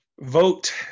Vote